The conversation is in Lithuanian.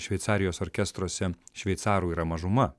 šveicarijos orkestruose šveicarų yra mažuma